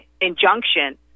injunction